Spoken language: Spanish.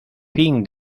fin